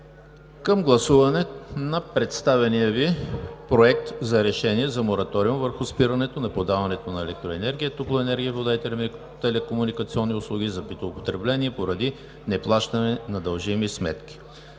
на гласуване представения Ви Проект на решение за мораториум върху спирането на подаването на топлоенергия, вода и телекомуникационни услуги за битово потребление поради неплащане на дължими сметки.